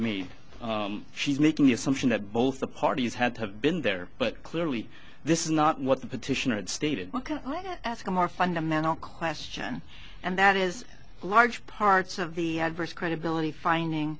me she's making the assumption that both the parties had to have been there but clearly this is not what the petitioner stated what can i ask a more fundamental question and that is large parts of the adverse credibility finding